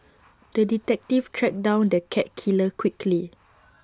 the detective tracked down the cat killer quickly